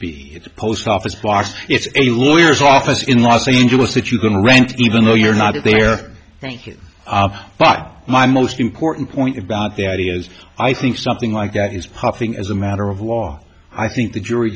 be it's a post office box it's a lawyers office in los angeles that you can rent even though you're not there thank you but my most important point about the ideas i think something like that is puffing as a matter of law i think the jury